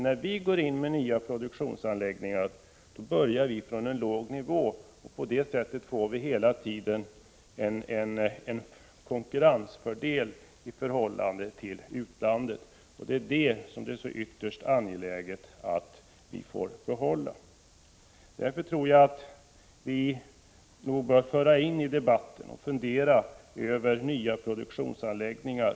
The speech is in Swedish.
När vi skapar nya produktionsanläggningar börjar vi på en låg nivå. På det sättet får vi hela tiden en konkurrensfördel i förhållande till utlandet, och den är det ytterst angeläget att vi får behålla. Därför tror jag att vi i debatten bör beakta och fundera över frågan om nya produktionsanläggningar.